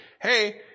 hey